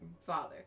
father